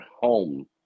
home